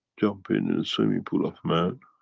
jump in in the swimming pool of man